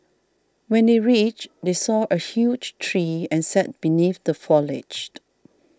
when they reached they saw a huge tree and sat beneath the foliage